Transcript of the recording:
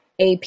AP